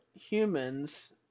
humans